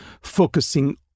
Focusing